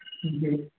जी